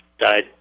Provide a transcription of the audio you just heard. died